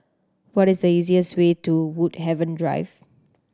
what is the easiest way to Woodhaven Drive